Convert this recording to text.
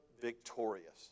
victorious